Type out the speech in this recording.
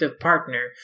partner